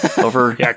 over